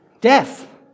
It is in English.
Death